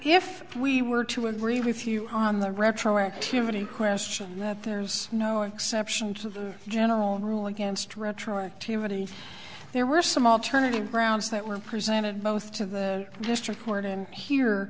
if we were to agree with you on the retroactivity question that there's no exception to the general rule against retroactivity there were some alternative grounds that were presented both to the district court and here